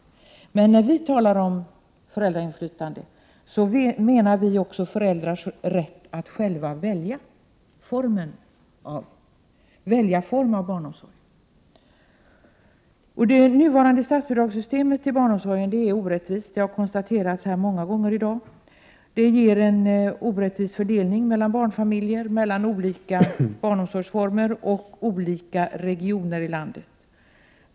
Men när vi i centern talar om föräldrainflytande avser vi föräldrars rätt att själva välja typ av barnomsorg. Det har konstaterats många gånger här i dag att det nuvarande systemet med statsbidrag till barnomsorgen leder till en orättvis fördelning mellan barnfa miljer, mellan olika barnomsorgsformer och mellan olika regioner i landet.